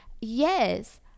yes